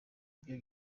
byo